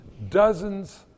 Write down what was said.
dozens